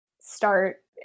start